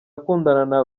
akundana